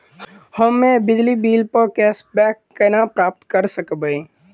हम्मे बिजली बिल प कैशबैक केना प्राप्त करऽ सकबै?